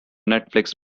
netflix